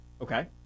Okay